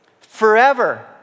forever